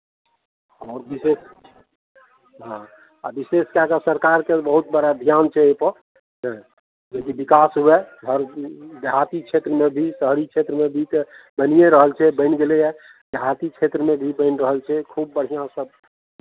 आओर विशेष हँ आ विशेष कए कऽ सरकारके बहुत बड़ा ध्यान छै एहिपर हँ जेकि विकास हुए आओर देहाती क्षेत्रमे भी शहरी क्षेत्रमे भी तऽ बनिए रहल छै बनि गेलैए देहाती क्षेत्रमे भी बनि रहल छै खूब बढ़िआँसँ